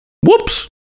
Whoops